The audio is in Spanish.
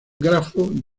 grafo